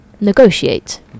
negotiate